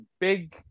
big